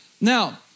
Now